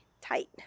tight